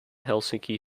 helsinki